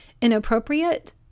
inappropriate